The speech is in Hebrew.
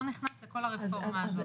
לא נכנס לכל הרפורמה הזאת?